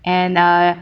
and uh